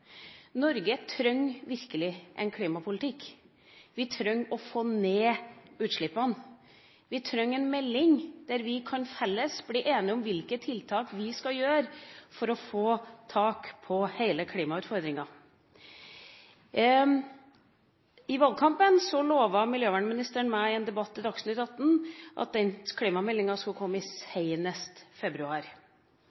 Norge trenger virkelig en klimapolitikk. Vi trenger å få ned utslippene. Vi trenger en melding der vi felles kan bli enige om hvilke tiltak vi skal gjøre for å få tak på hele klimautfordringa. I valgkampen lovte miljøministeren meg i en debatt i Dagsnytt 18 at den klimameldinga skulle komme senest i